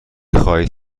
خواهید